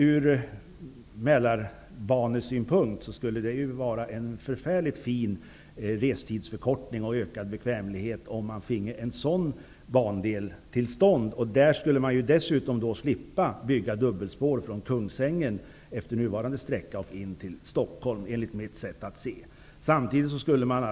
Ur Mälarbanesynpunkt skulle det innebära en mycket fin restidsförkortning och en ökad bekvämlighet om en sådan bandel kunde komma till stånd. Då skulle man dessutom slippa att bygga dubbelspår från Kungsängen efter nuvarande sträcka in till Stockholm.